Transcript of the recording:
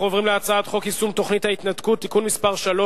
אנחנו עוברים להצעת חוק יישום תוכנית ההתנתקות (תיקון מס' 3),